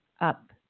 up